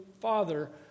father